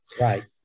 Right